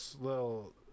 little